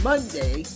Monday